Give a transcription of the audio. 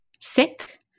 sick